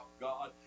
God